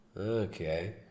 Okay